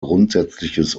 grundsätzliches